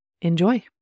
enjoy